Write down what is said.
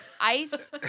ice